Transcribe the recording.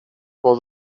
for